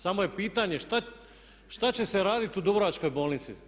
Samo je pitanje što će se raditi u Dubrovačkoj bolnici?